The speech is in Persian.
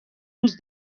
روز